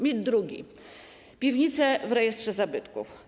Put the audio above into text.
Mit drugi: piwnice w rejestrze zabytków.